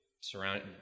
surround